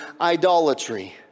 idolatry